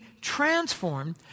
transformed